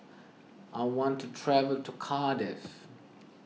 I want to travel to Cardiff